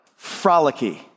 frolicky